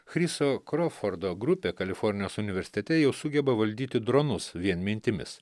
chriso krofordo grupė kalifornijos universitete jau sugeba valdyti dronus vien mintimis